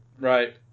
Right